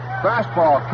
fastball